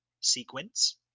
sequence